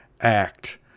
act